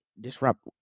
disrupt